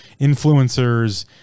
influencers